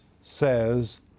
says